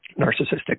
narcissistic